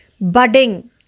budding